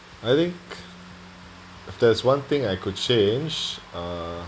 I think if there's one thing I could change uh